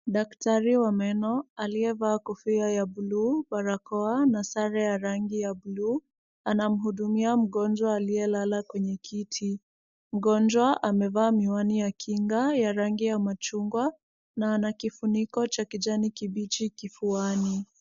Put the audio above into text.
Daktari wa meno aliyevaa kofia ya buluu , barakoa na sare ya rangi ya buluu , anamhudumia mgonjwa aliyelala kwenye kiti. Mgonjwa amevaa miwani ya kinga ya rangi ya machungwa na ana kifuniko cha kijani kibichi kifuani.